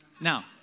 Now